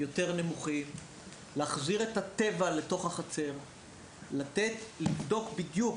ויותר נמוכים; להחזיר את הטבע לתוך החצר; לבדוק בדיוק